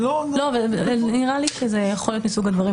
אני לא --- נראה לי שזה יכול להיות מסוג הדברים